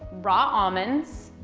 raw almonds,